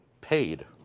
paid